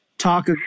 talk